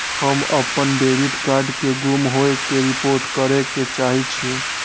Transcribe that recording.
हम अपन debit card के गुम होय के रिपोर्ट करे के चाहि छी